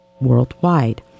worldwide